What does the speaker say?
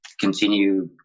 continue